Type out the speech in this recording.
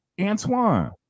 Antoine